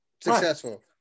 successful